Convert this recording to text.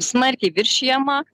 smarkiai viršijama